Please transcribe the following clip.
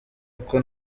uko